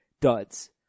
duds